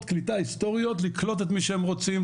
קליטה היסטוריות לקלוט את מי שהם רוצים,